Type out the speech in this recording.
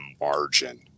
margin